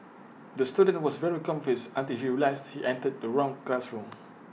the student was very confused until he realised he entered the wrong classroom